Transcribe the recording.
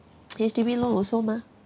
H_D_B loan also mah